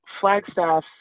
Flagstaff